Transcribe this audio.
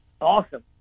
Awesome